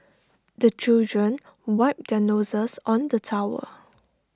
the children wipe their noses on the towel